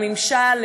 בממשל,